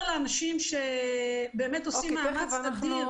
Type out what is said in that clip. לאנשים שבאמת עושים מאמץ אדיר --- אוקיי,